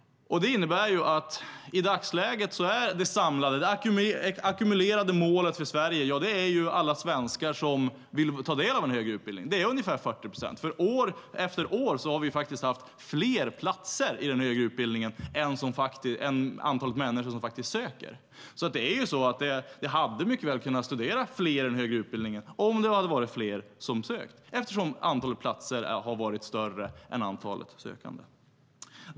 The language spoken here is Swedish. I dagsläget handlar det ackumulerade målet för Sverige om alla svenskar som vill ta del av en högre utbildning. Det är ungefär 40 procent. År efter år har vi faktiskt haft fler platser i den högre utbildningen än antalet människor som söker. Det hade mycket väl kunnat studera fler i den högre utbildningen om det hade varit fler som sökt, eftersom antalet platser har varit större än antalet sökande.